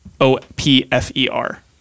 o-p-f-e-r